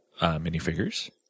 minifigures